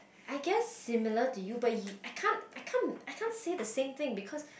I guess similar to you but you~ I can't I can't I can't say the same thing because